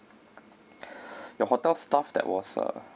your hotel staff that was uh